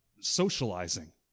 socializing